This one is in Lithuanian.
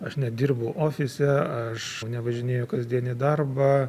aš nedirbu ofise aš nevažinėju kasdien į darbą